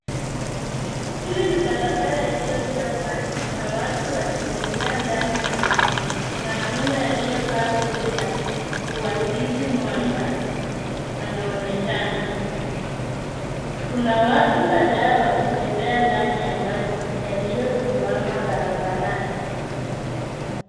Hili ni barabara iliyojaa maji na watu wakitembea ndani ya maji. Mwanaume aliyevaa koti la kuakisi mwanga anaonekana. Kuna watu kadhaa wakitembea ndani ya maji yaliyotuama barabarani.